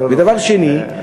דבר שני,